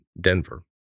Denver